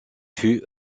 fut